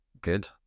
good